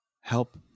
help